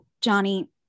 Johnny